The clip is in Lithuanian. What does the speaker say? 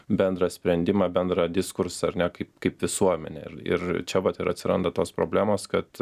bendrą sprendimą bendrą diskursą ar ne kaip kaip visuomenė ir ir čia vat ir atsiranda tos problemos kad